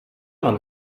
man